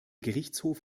gerichtshof